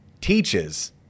teaches